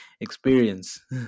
experience